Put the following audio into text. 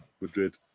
Madrid